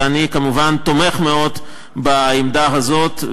ואני כמובן תומך מאוד בעמדה הזאת,